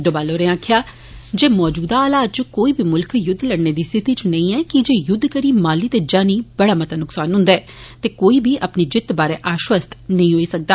डोवाल होरें आक्खेया जे मौजूदा हालात इच कोई बी मुल्ख युद्ध लड़ने दी सिथति इच नेंई ऐ कि जे युद्ध करी माली ते जानी बड़ा मता नुक्सान ह्न्दा ऐ ते कोई बी अपनी जित्त बारै आयबसत नेंई होई सकदा